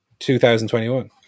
2021